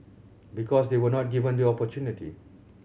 because they were not given the opportunity